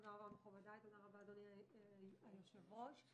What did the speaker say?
מכובדיי, אדוני היושב-ראש.